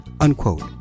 Unquote